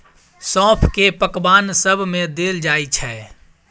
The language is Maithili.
सौंफ केँ पकबान सब मे देल जाइ छै